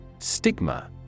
Stigma